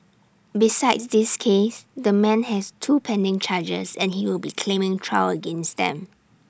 besides this case the man has two pending charges and he will be claiming trial against them